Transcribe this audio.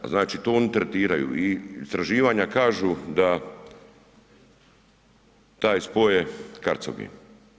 Znači to oni tretiraju i istraživanja kažu da taj spoj je karcinogen.